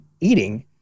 eating